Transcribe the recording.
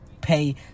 pay